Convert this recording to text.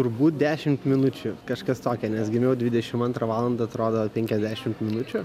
turbūt dešimt minučių kažkas tokio nes gimiau dvidešimt antrą valandą atrodo penkiasdešimt minučių